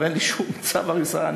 אין לי שום צו הריסה,